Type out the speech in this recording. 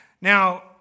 Now